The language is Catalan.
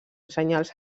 senyals